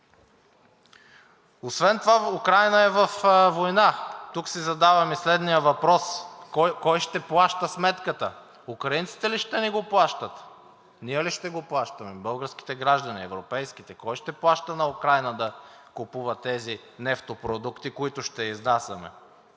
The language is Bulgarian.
Освен това Украйна е във война. Тук си задавам и следния въпрос: кой ще плаща сметката? Украинците ли ще ни го плащат, ние ли ще го плащаме – българските граждани, европейските?! Кой ще плаща на Украйна да купува тези нефтопродукти, които ще изнасяме?